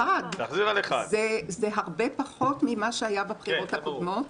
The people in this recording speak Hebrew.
זה הרבה פחות ממה שהיה בבחירות הקודמות,